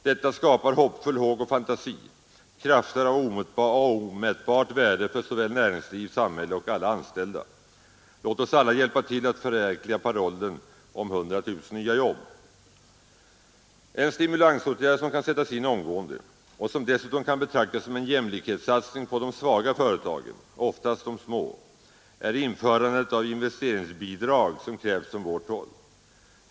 Detta skapar ”hoppfull håg och fantasi”, krafter av omätbart värde för såväl näringsliv och samhälle som alla anställda. Låt oss alla hjälpa till att förverkliga parollen om 100 000 nya jobb! En stimulansåtgärd som kan sättas in omgående och som dessutom kan betraktas som en jämlikhetssatsning på de svaga företagen — oftast de små — är införandet av investeringsbidrag, som krävts från vårt håll.